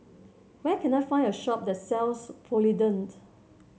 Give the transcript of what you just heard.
where can I find a shop that sells Polident